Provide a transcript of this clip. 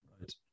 Right